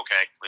Okay